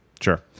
Sure